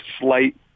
slight